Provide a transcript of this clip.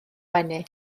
wenu